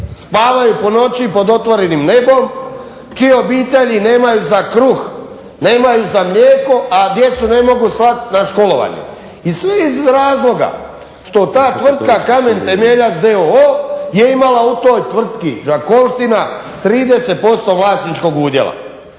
spavaju po noći pod otvorenim nebom, čije obitelji nemaju za kruh, nemaju za mlijeko, a djecu ne mogu slati na školovanje. I sve iz razloga što ta tvrtka Kamen temeljac d.o.o. je imala u toj tvrtki Đakovština 30% vlasničkog udjela,